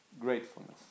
Gratefulness